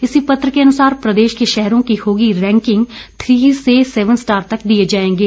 इसी पत्र के अनुसार प्रदेश के शहरों की होगी रैंकिंग थी से सेवन स्टार तक दिए जाएंगे